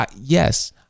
yes